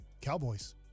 Cowboys